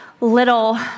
little